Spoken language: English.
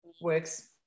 works